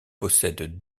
possède